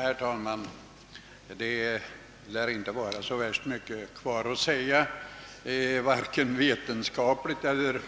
Herr talman! Det lär inte återstå särskilt mycket att säga i denna fråga vare sig vetenskapligt,